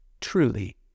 truly